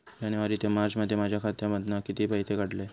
जानेवारी ते मार्चमध्ये माझ्या खात्यामधना किती पैसे काढलय?